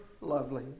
lovely